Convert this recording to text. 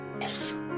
Yes